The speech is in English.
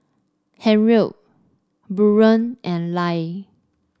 Harriet Buren and Lia